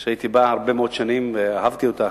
שבה הייתי הרבה מאוד שנים ואהבתי אותה,